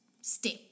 step